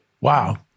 wow